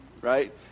right